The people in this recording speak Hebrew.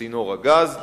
צינור הגז.